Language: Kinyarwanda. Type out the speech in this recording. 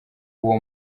uwo